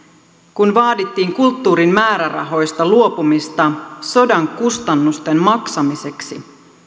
kun vaadittiin kulttuurin määrärahoista luopumista sodan kustannusten maksamiseksi